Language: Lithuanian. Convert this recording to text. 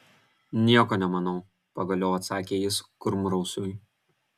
nieko nemanau pagaliau atsakė jis kurmrausiui